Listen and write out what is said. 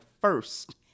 First